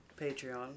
Patreon